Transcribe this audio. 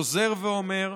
חוזר ואומר: